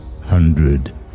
hundred